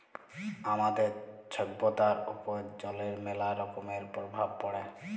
আমাদের ছভ্যতার উপর জলের ম্যালা রকমের পরভাব পড়ে